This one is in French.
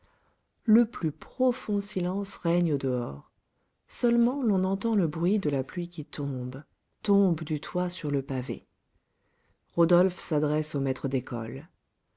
le plus profond silence règne au-dehors seulement l'on entend le bruit de la pluie qui tombe tombe du toit sur le pavé rodolphe s'adresse au maître d'école